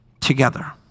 together